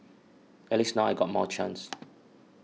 at least now I got more chance